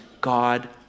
God